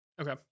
Okay